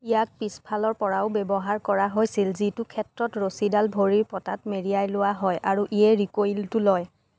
ইয়াক পিছফালৰপৰাও ব্যৱহাৰ কৰা হৈছিল যিটো ক্ষেত্ৰত ৰচীডাল ভৰিৰ পতাত মেৰিয়াই লোৱা হয় আৰু ইয়েই ৰিক'ইলটো লয়